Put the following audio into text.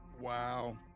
Wow